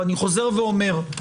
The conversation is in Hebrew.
ואני חוזר ואומר,